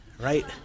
Right